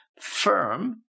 firm